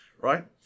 right